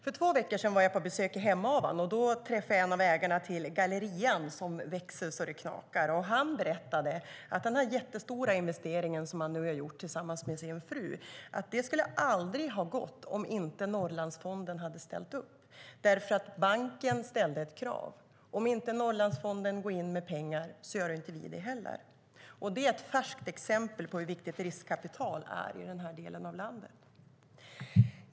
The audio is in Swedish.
För två veckor sedan var jag på besök i Hemavan. Då träffade jag en av ägarna till gallerian, som växer så att det knakar. Han berättade att den jättestora investering som han nu har gjort tillsammans med sin fru aldrig skulle ha varit möjlig om inte Norrlandsfonden hade ställt upp därför att banken ställde ett krav, nämligen att om Norrlandsfonden inte gick in med pengar skulle inte banken heller göra det. Det är ett färskt exempel på hur viktigt riskkapital är i denna del av landet.